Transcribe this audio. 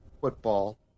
football